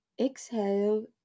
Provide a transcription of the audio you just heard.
Exhale